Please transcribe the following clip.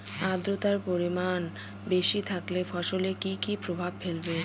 আদ্রর্তার পরিমান বেশি থাকলে ফসলে কি কি প্রভাব ফেলবে?